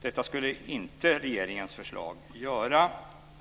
Det skulle regeringens förslag inte göra.